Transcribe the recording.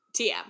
TM